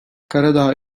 karadağ